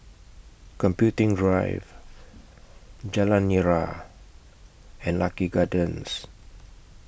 Computing Drive Jalan Nira and Lucky Gardens